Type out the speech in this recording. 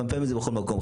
לפמפם את זה בכל מקום.